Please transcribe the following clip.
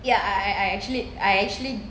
ya I I actually I actually